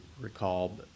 recall